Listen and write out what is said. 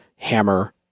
Hammer